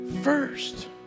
first